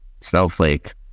Snowflake